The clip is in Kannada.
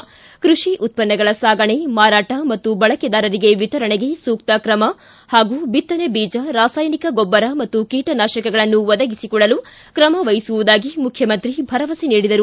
ಕ್ಕಷಿ ಉತ್ತನ್ನುಗಳ ಸಾಗಣೆ ಮಾರಾಟ ಮತ್ತು ಬಳಕೆದಾರರಿಗೆ ವಿತರಣೆಗೆ ಸೂಕ್ಕ ಕ್ರಮ ಹಾಗೂ ಬಿತ್ತನೆ ಬೀಜ ರಾಸಾಯನಿಕ ಗೊಬ್ಬರ ಮತ್ತು ಕೀಟನಾಶಕಗಳನ್ನು ಒದಗಿಸಿಕೊಡಲು ಕ್ರಮವಹಿಸುವುದಾಗಿ ಮುಖ್ಯಮಂತ್ರಿ ಭರವಸೆ ನೀಡಿದರು